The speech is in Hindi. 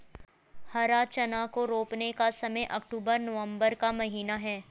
हरा चना को रोपने का समय अक्टूबर नवंबर का महीना है